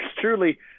truly